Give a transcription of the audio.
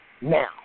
now